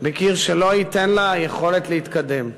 בקיר שלא ייתן לה יכולת להתקדם.